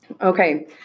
Okay